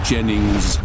Jennings